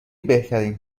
بهترین